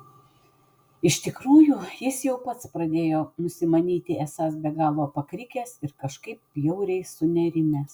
iš tikrųjų jis jau pats pradėjo nusimanyti esąs be galo pakrikęs ir kažkaip bjauriai sunerimęs